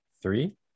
Three